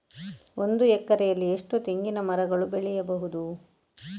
ಒಂದು ಎಕರೆಯಲ್ಲಿ ಎಷ್ಟು ತೆಂಗಿನಮರಗಳು ಬೆಳೆಯಬಹುದು?